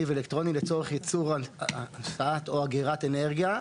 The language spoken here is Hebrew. ואלקטרוני לצורך ייצור השקעה או אגירת אנרגיה,